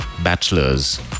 Bachelors